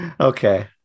Okay